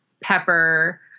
pepper